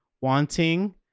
wanting